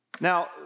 Now